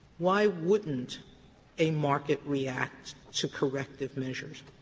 why wouldn't a market react to corrective measures?